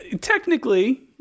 Technically